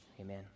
Amen